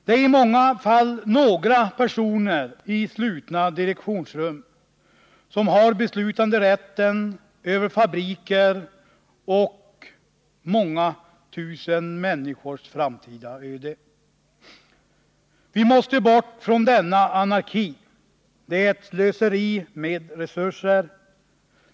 Det är i många fall några personer i slutna direktionsrum som har beslutanderätten över fabriker och många tusen människors öden. Vi måste bort från denna anarki, det är ett slöseri med resurser.